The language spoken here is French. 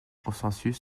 consensus